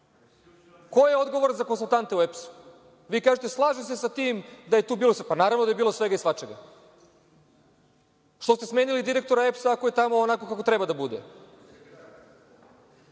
Ko je odgovoran za konsultante u EPS-u? Vi kažete da se slažete sa tim da je tu bilo svega. Pa naravno da je bilo svega i svačega. Zašto ste smenili direktora EPS-a ako je tamo onako kako treba da bude?